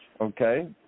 Okay